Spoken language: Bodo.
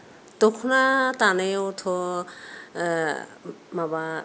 दख'ना दानायथ' माबा